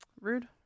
Rude